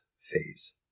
phase